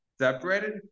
separated